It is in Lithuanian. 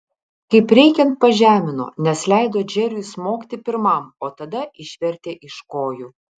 kaip reikiant pažemino nes leido džeriui smogti pirmam o tada išvertė iš kojų